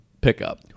pickup